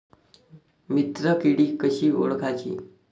मित्र किडी कशी ओळखाची?